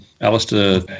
alistair